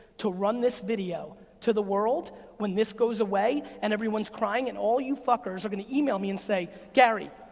to run this video to the world when this goes away and everyone's crying and all you fuckers are gonna email me and say, gary,